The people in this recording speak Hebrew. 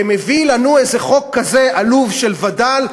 שמביא לנו איזה חוק כזה עלוב של וד"ל.